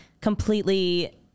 completely